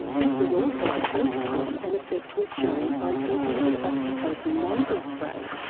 this was also the first time an effect was shown by using an oxytocin nasal spray.